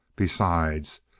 besides,